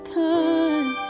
time